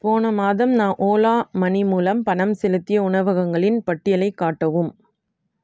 போன மாதம் நான் ஓலா மனி மூலம் பணம் செலுத்திய உணவகங்களின் பட்டியலைக் காட்டவும்